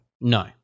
No